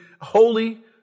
holy